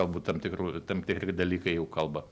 galbūt tam tikrų tam tikri dalykai jau kalba